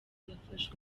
yafashwe